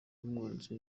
n’umwanditsi